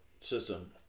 system